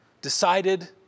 decided